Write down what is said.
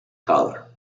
color